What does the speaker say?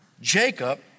Jacob